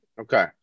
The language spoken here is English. Okay